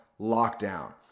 lockdown